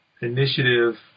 initiative